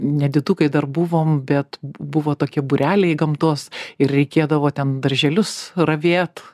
nedidukai dar buvom bet buvo tokie būreliai gamtos ir reikėdavo ten darželius ravėt